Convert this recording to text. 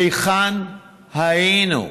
היכן היינו?